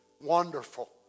wonderful